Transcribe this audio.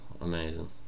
amazing